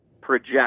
project